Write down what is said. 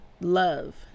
love